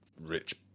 rich